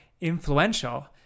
influential